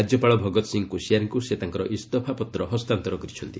ରାଜ୍ୟପାଳ ଭଗତସିଂହ କୋଶିଆରୀଙ୍କୁ ସେ ତାଙ୍କର ଇସ୍ତଫାପତ୍ର ହସ୍ତାନ୍ତର କରିଛନ୍ତି